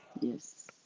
Yes